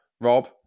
Rob